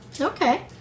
Okay